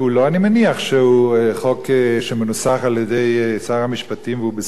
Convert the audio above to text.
אני מניח שזהו חוק שמנוסח על-ידי שר המשפטים והוא בסדר.